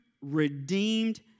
redeemed